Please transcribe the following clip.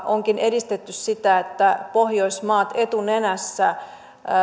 onkin edistetty sitä että pohjoismaat etunenässä